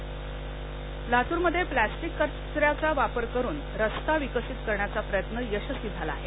plastic रस्ता लातुरमध्ये plastic कच याचा वापर करून रस्ता विकसित करण्याचा प्रयत्न यशस्वी झाला आहे